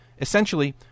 Essentially